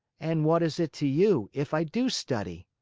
and what is it to you, if i do study?